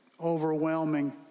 overwhelming